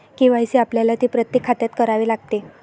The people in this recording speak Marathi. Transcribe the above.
के.वाय.सी आपल्याला ते प्रत्येक खात्यात करावे लागते